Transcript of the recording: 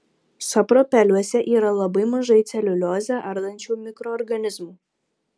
sapropeliuose yra labai mažai celiuliozę ardančių mikroorganizmų